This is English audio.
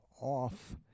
off